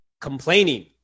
complaining